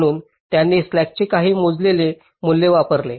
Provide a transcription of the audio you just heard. म्हणून त्यांनी स्लॅकचे काही मोजलेले मूल्य वापरले